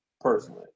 personally